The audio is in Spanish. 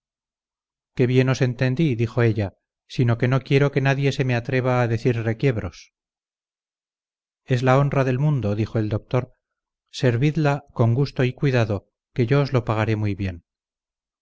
que bien os entendí dijo ella sino que no quiero que nadie se me atreva a decirme requiebros es la honra del mundo dijo el doctor servidla con gusto y cuidado que yo os lo pagaré muy bien